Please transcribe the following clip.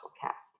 Cast